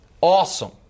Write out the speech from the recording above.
awesome